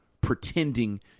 pretending